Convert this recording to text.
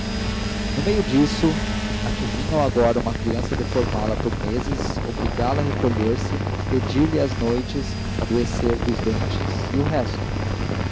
no meio disso a que vinha agora uma criança deformá la por meses obrigá-la a recolher-se pedir-lhe as noites adoecer dos dentes e o resto